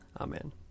Amen